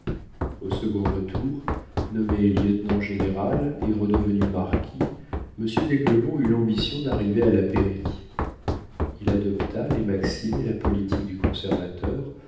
au second retour nommé lieutenant-général et redevenu marquis monsieur d'aiglemont eut l'ambition d'arriver à la pairie il adopta les maximes et la politique du conservateur